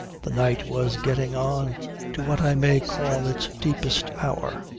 the night was getting on to what i may call its deepest hour,